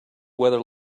weather